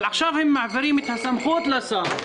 אבל עכשיו הם מעבירים את הסמכות לחברה.